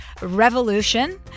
Revolution